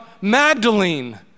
Magdalene